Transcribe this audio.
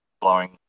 blowing